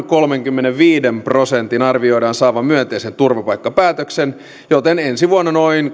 kolmenkymmenenviiden prosentin arvioidaan saavan myönteisen turvapaikkapäätöksen joten ensi vuonna noin